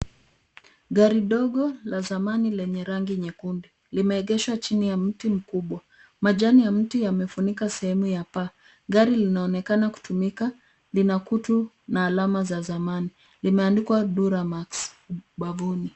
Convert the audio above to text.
Gari dogo la zamani lenye rangi nyekundu, limegeshwa chini ya mti mkubwa. Majani ya mti yamefunika sehemu ya paa. Gari linaonekana kutumika lina kutu na alama za zamani, limeandikwa Duramax bavuni.